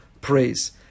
praise